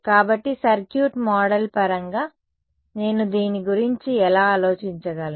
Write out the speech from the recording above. కాబట్టి circuit model పరంగా నేను దీని గురించి ఎలా ఆలోచించగలను